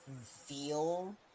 feel